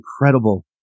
incredible